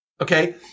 okay